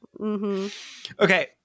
Okay